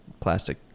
plastic